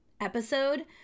episode